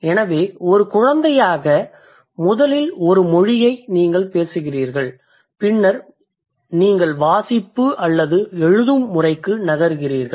எனவே ஒரு குழந்தையாக நீங்கள் முதலில் ஒரு மொழியைப் பேசுகிறீர்கள் பின்னர் நீங்கள் வாசிப்பு அல்லது எழுதும் முறைக்கு நகர்கிறீர்கள்